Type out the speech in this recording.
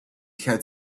had